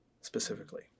specifically